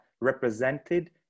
represented